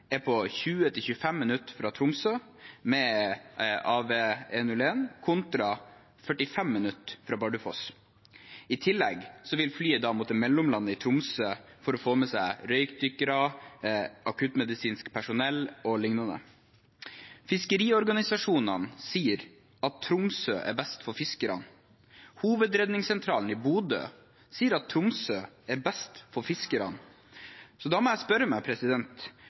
er på 20–25 minutt fra Tromsø med AW101, kontra 45 minutt fra Bardufoss. I tillegg vil flyet da måtte mellomlande i Tromsø for å få med seg røykdykkere, akuttmedisinsk personell og lignende. Fiskeriorganisasjonene sier at Tromsø er best for fiskerne. Hovedredningssentralen i Bodø sier at Tromsø er best for fiskerne. Da må jeg spørre meg: